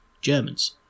Germans